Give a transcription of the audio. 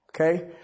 Okay